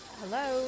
hello